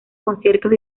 conciertos